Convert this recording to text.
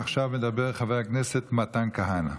עכשיו מדבר חבר הכנסת מתן כהנא.